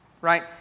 Right